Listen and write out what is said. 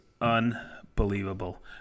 unbelievable